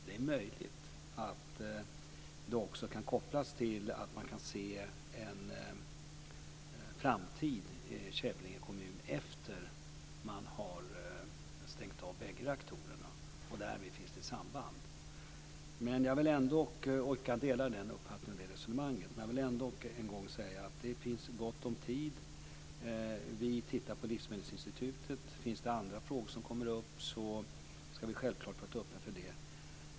Det är möjligt att det också kan kopplas till att man kan se en framtid i Kävlinge kommun efter det att man har stängt av bägge reaktorerna. Därmed finns det ett samband. Jag delar den uppfattningen och det resonemanget. Men jag vill ändå än en gång säga att det finns gott om tid. Vi tittar på ett livsmedelsinstitut. Finns det andra frågor som kommer upp ska vi självfallet vara öppna för det.